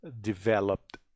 developed